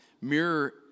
Mirror